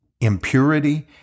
impurity